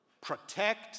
protect